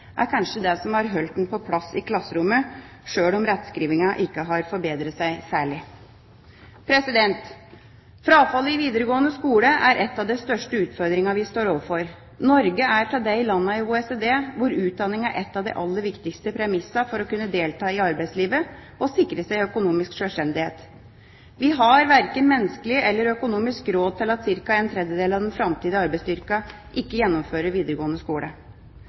er kanskje det som har holdt han på plass i klasserommet sjøl om rettskrivingen ikke har forbedret seg særlig. Frafallet i videregående skole er en av de største utfordringene vi står overfor. Norge er et av de landene i OECD hvor utdanning er et av de aller viktigste premissene for å kunne delta i arbeidslivet og sikre seg økonomisk sjølstendighet. Vi har verken menneskelig eller økonomisk råd til at ca. en tredjedel av den framtidige arbeidsstyrken ikke gjennomfører videregående skole.